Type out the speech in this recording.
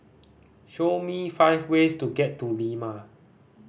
show me five ways to get to Lima